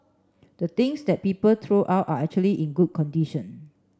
the things that people throw out are actually in good condition